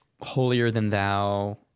holier-than-thou